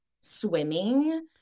swimming